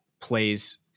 plays